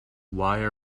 why